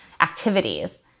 activities